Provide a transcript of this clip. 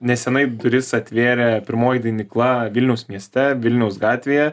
nesenai duris atvėrė pirmoji dainykla vilniaus mieste vilniaus gatvėje